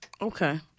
Okay